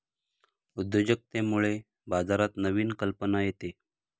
उद्योजकतेमुळे बाजारात नवीन कल्पना येते